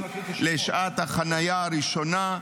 לשעת החניה הראשונה,